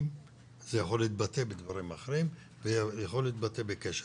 וזה יכול להתבטא בדברים אחרים וזה יכול להתבטא בכשל.